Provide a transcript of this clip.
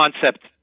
concept